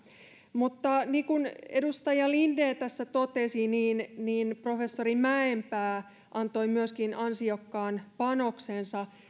mutta niin kuin edustaja linden tässä totesi professori mäenpää antoi myöskin ansiokkaan panoksensa